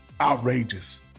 outrageous